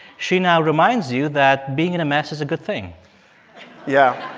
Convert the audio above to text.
she now reminds you that being in a mess is a good thing yeah.